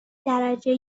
درجه